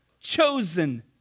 chosen